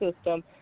system